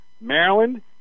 Maryland